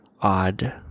odd